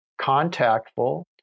contactful